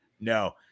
no